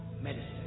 Medicine